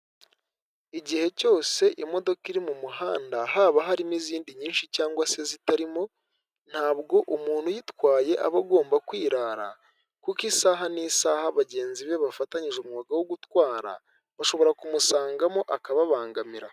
Igihe cyose imodoka iri mu muhanda, haba harimo izindi nyinshi cyangwa se zitarimo, ntabwo umuntu uyiitwaye aba agomba kwirara kuko isaha n'isaha bagenzi be bafatanyije umwuga wo gutwara, bashobora kumusangamo akababangamira.